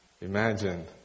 Imagine